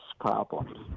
problems